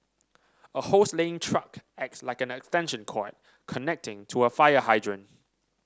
a hose laying truck acts like an extension cord connecting to a fire hydrant